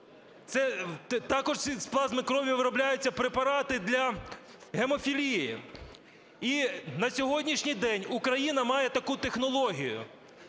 Також із плазми крові вробляються препарати для гемофілії. І на сьогоднішній день Україна має таку технологію.